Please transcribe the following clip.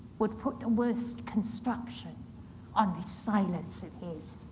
would put the worst construction on this silence of his.